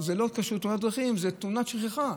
זה לא קשור לתאונת דרכים, היא תאונת שכחה.